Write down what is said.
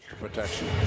Protection